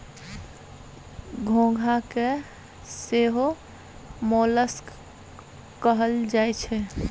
घोंघा के सेहो मोलस्क कहल जाई छै